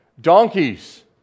donkeys